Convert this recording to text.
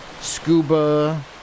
scuba